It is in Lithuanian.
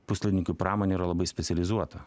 puslaidininkių pramonė yra labai specializuota